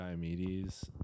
Diomedes